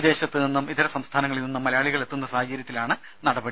വിദേശത്തുനിന്നും ഇതര സംസ്ഥാനങ്ങളിൽനിന്നും മലയാളികൾ എത്തുന്ന സാഹചര്യത്തിലാണ് നടപടി